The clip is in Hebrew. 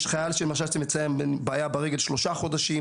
יש למשל חייל שמציין שיש לו בעיה ברגל שלושה חודשים,